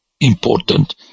important